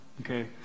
okay